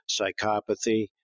psychopathy